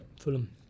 Fulham